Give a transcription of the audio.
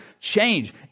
change